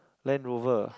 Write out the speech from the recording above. Land Rover